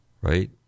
right